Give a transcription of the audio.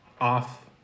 off